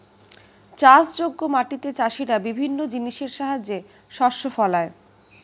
চাষযোগ্য মাটিতে চাষীরা বিভিন্ন জিনিসের সাহায্যে শস্য ফলায়